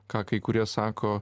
ką kai kurie sako